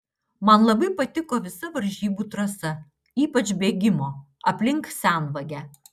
man labai patiko visa varžybų trasa ypač bėgimo aplink senvagę